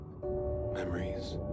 Memories